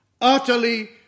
utterly